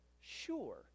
Sure